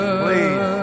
please